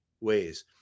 ways